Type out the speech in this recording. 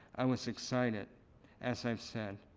i was excited as i've said.